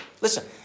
Listen